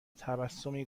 تبسمی